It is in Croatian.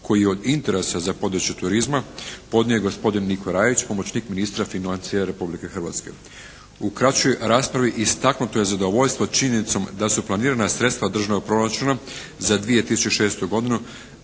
koji je od interesa za područje turizma podnio gospodin Niko Rajić pomoćnik ministra financija Republike Hrvatske. U kraćoj raspravi istaknuto je zadovoljstvo činjenicom da su planirana sredstva državnog proračuna za 2006. godinu